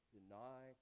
Deny